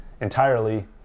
entirely